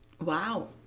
Wow